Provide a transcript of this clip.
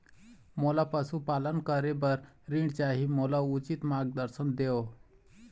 मोला पशुपालन करे बर ऋण चाही, मोला उचित मार्गदर्शन देव?